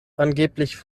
angeblich